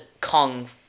Kong